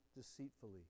deceitfully